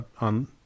on